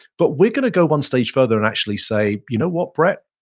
but we're going to go one stage further and actually say, you know what, brett,